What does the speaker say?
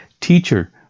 Teacher